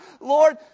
Lord